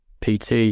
PT